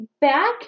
back